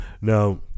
Now